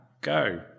go